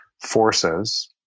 forces